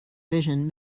vision